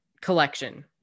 collection